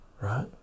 right